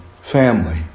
family